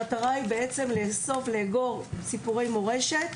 המטרה היא לאסוף ולאגור סיפורי מורשת